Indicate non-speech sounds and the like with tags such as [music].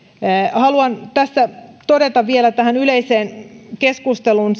haluan vielä todeta tähän yleiseen keskusteluun [unintelligible]